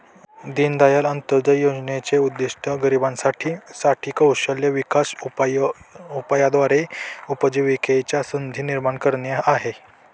दीनदयाळ अंत्योदय योजनेचे उद्दिष्ट गरिबांसाठी साठी कौशल्य विकास उपायाद्वारे उपजीविकेच्या संधी निर्माण करणे आहे